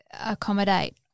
accommodate